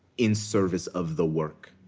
in service of the work.